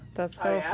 that's